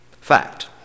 Fact